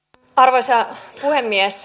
arvoisa puhemies